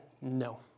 no